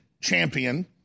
champion